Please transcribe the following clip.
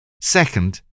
Second